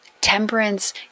Temperance